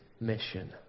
mission